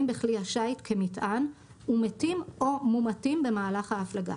בכלי השיט כמטען ומתים או מומתים במהלך ההפלגה,